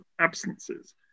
absences